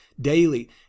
daily